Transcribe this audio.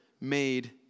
made